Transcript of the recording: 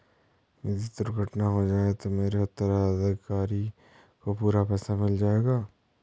यदि दुर्घटना हो जाये तो मेरे उत्तराधिकारी को पूरा पैसा मिल जाएगा?